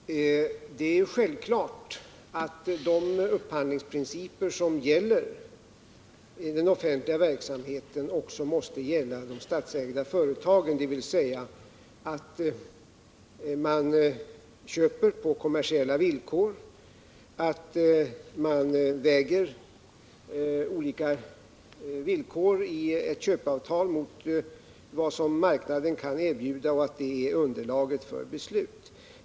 Herr talman! Det är självklart att de upphandlingsprinciper som gäller i den offentliga verksamheten också måste gälla för de statsägda företagen, dvs. att man köper på kommersiella villkor och att man väger olika villkor i ett köpeavtal mot vad som marknaden kan erbjuda. Det är detta som bör vara underlaget för beslut.